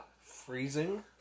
freezing